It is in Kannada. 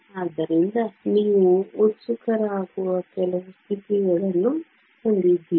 ಆದ್ದರಿಂದ ನೀವು ಉತ್ಸುಕರಾಗುವ ಕೆಲವು ಸ್ಥಿತಿಗಳನ್ನು ಹೊಂದಿದ್ದೀರಿ